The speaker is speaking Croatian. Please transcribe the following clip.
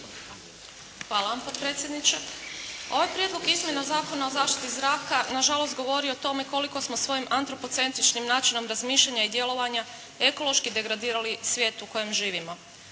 Hvala vam potpredsjedniče. Ovaj prijedlog izmjena Zakona o zaštiti zraka nažalost govori o tome koliko smo svojim antropocentričnim načinom razmišljanja i djelovanja ekološki degradirali svijet u kojem živimo.